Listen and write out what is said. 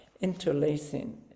interlacing